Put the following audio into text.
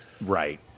Right